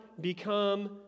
become